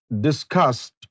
discussed